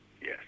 Yes